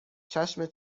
چشم